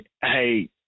hey